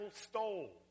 stole